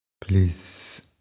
Please